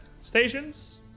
stations